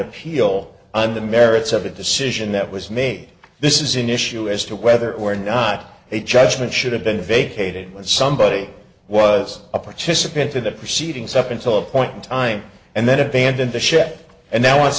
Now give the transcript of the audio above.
appeal on the merits of a decision that was made this is an issue as to whether or not a judgment should have been vacated when somebody was a participant in the proceedings up until a point in time and then abandoned the ship and now wants